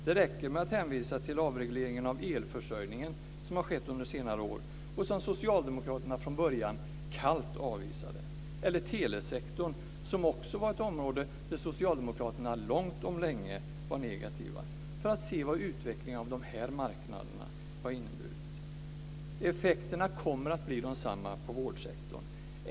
Det räcker med att hänvisa till avregleringen när det gäller elförsörjningen, som har skett under senare år och som socialdemokraterna från början kallt avvisade, eller telesektorn - på det området var socialdemokraterna också länge negativa. Då ser man vad utvecklingen av dessa marknader har inneburit. Effekterna kommer att bli desamma på vårdsektorn.